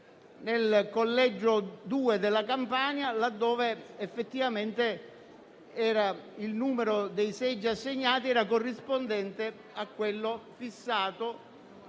nel collegio 2 della Campania, là dove effettivamente il numero dei seggi assegnati era corrispondente a quello fissato